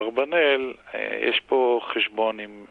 ארבנל, יש פה חשבון עם...